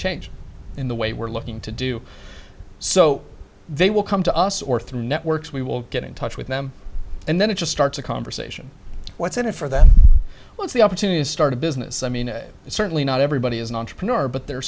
change in the way we're looking to do so they will come to us or through networks we will get in touch with them and then it just starts a conversation what's in it for them what's the opportunity to start a business i mean it's certainly not everybody is an entrepreneur but the